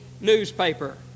newspaper